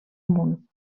amunt